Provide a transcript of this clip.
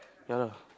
ya lah